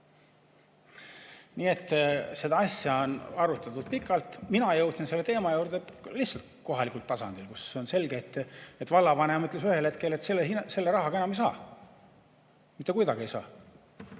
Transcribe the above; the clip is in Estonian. Nii et seda asja on arutatud pikalt. Mina jõudsin selle teema juurde lihtsalt kohalikul tasandil, kui vallavanem ütles ühel hetkel, et selle rahaga enam ei saa, mitte kuidagi ei saa.